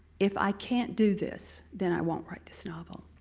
if i can't do this, then i won't write this novel.